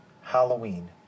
Halloween